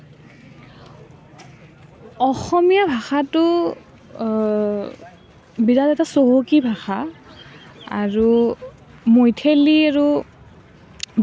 অসমীয় ভাষাটো বিৰাট এটা চহকী ভাষা আৰু মৈথিলী আৰু